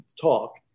talk